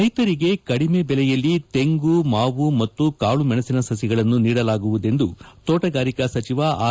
ರೈತರಿಗೆ ಕಡಿಮೆ ದೆಲೆಯಲ್ಲಿ ತೆಂಗು ಮಾವು ಮತ್ತು ಕಾಳುಮೆಣಸಿನ ಸಸಿಗಳನ್ನು ನೀಡಲಾಗುವುದೆಂದು ತೋಟಗಾರಿಕಾ ಸಚಿವ ಆರ್